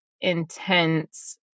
intense